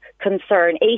concern